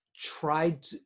tried